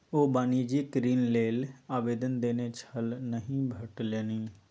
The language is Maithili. ओ वाणिज्यिक ऋण लेल आवेदन देने छल नहि भेटलनि